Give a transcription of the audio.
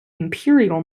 imperial